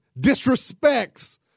disrespects